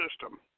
system